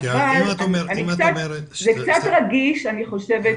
אבל זה קצת רגיש אני חושבת,